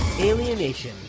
Alienation